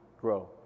grow